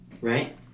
right